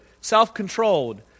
self-controlled